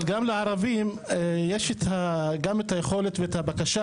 אבל גם לערבים יש את גם את היכולת והבקשה